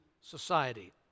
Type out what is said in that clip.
society